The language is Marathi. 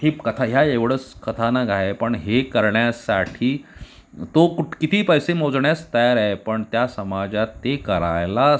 ही कथा ह्या एवढंच कथानक आहे पण हे करण्यासाठी तो कुठे कितीही पैसे मोजण्यास तयार आहे पण त्या समाजात ते करायला